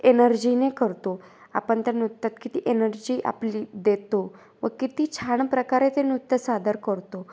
एनर्जीने करतो आपण त्या नृत्यात किती एनर्जी आपली देतो व किती छान प्रकारे ते नृत्य सादर करतो